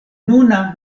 nuna